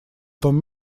том